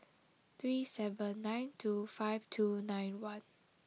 three seven nine two five two nine one